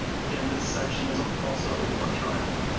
again the section is also right track.